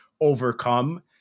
overcome